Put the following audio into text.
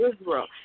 Israel